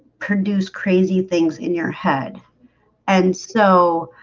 produce crazy things in your head and so